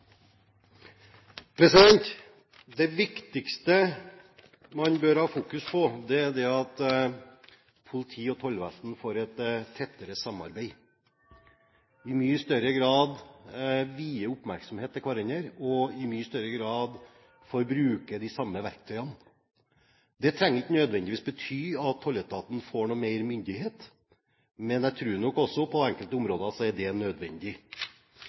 jobb. Det viktigste man bør ha fokus på, er at politiet og tollvesenet får et tettere samarbeid, at de i mye større grad vier hverandre oppmerksomhet, og at de i mye større grad får bruke de samme verktøyene. Det trenger ikke nødvendigvis bety at tolletaten får mer myndighet, men jeg tror nok at det på enkelte områder er nødvendig.